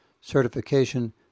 certification